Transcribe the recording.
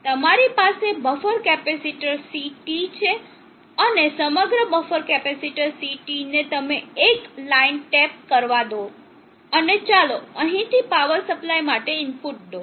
તમારી પાસે buffer capacitor CT છે અને સમગ્ર બફર કેપેસિટર CT ને અમને એક લાઇન ટેપ કરવા દો અને ચાલો અહીંથી પાવર સપ્લાય માટે ઇનપુટ દો